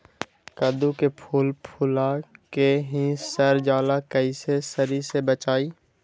कददु के फूल फुला के ही सर जाला कइसे सरी से बचाई?